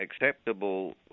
acceptable